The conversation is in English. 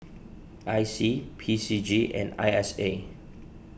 I C P C G and I S A